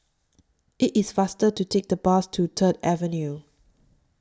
IT IS faster to Take The Bus to Third Avenue